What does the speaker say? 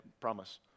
Promise